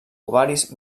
ovaris